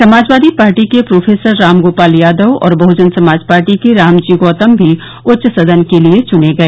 Samajwadi party के professor Ram Gopal Yadav और Bahujan Samaj party के रामजी गौतम भी उच्च सदन के लिए चुने गए